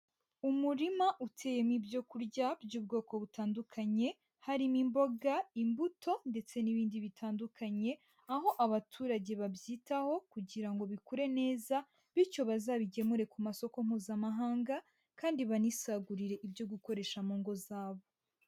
Umurima uteyema ibyo kurya by'ubwoko butandukanye, harimo imboga, imbuto ndetse n'ibindi bitandukanye, aho abaturage babyitaho kugira ngo bikure neza bityo bazabigemure ku masoko Mpuzamahanga kandi banisagurire ibyo gukoresha mu ngo zabo.